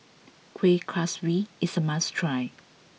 Kuih Kaswi is a must try